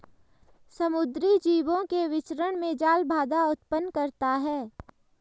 समुद्री जीवों के विचरण में जाल बाधा उत्पन्न करता है